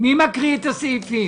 מי קורא את הסעיפים?